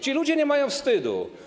Ci ludzie nie mają wstydu.